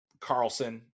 Carlson